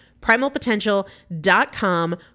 Primalpotential.com